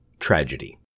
Tragedy